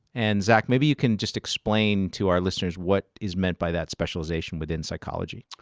and zach, maybe you can just explain to our listeners what is meant by that specialization within psychology.